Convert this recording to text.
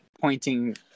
pointing